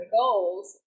goals